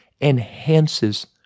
enhances